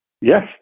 Yes